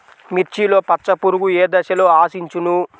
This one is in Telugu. మిర్చిలో పచ్చ పురుగు ఏ దశలో ఆశించును?